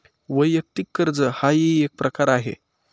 वैयक्तिक कर्ज हाही एक प्रकार आहे